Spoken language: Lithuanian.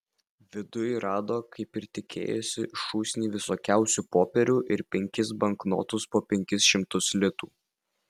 viduj rado kaip ir tikėjosi šūsnį visokiausių popierių ir penkis banknotus po penkis šimtus litų